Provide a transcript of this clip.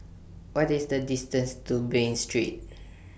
What IS The distance to Bain Street